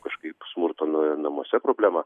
kažkaip smurto na namuose problema